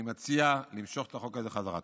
אני מציע למשוך את החוק הזה חזרה.